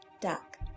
duck